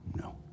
no